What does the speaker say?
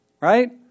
right